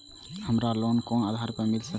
हमरा लोन कोन आधार पर मिल सके छे?